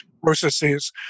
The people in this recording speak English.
processes